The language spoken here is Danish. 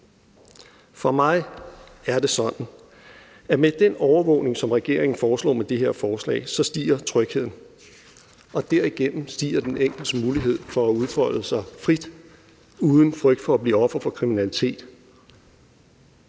For mig er det sådan, at med den overvågning, som regeringen foreslår med det her forslag, stiger trygheden, og derigennem stiger den enkeltes mulighed for at udfolde sig frit uden frygt for at blive offer for kriminalitet.